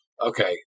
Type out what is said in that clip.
okay